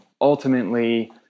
Ultimately